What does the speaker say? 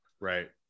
Right